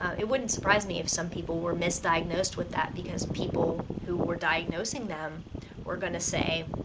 it wouldn't surprise me if some people were misdiagnosed with that because people who were diagnosing them were gonna say,